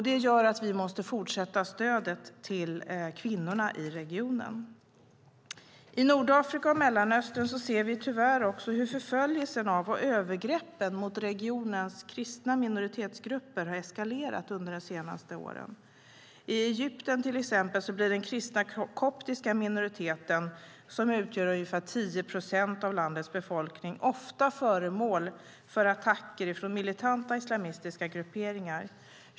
Det gör att vi måste fortsätta stödet till kvinnorna i regionen. I Nordafrika och Mellanöstern ser vi tyvärr också hur förföljelsen av och övergreppen mot regionens kristna minoritetsgrupper har eskalerat under de senaste åren. I Egypten till exempel blir den kristna koptiska minoriteten, som utgör ungefär tio procent av landets befolkning, ofta föremål för attacker från militanta, islamistiska grupperingar.